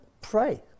pray